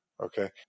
Okay